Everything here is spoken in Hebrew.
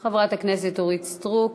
חברת הכנסת אורית סטרוק,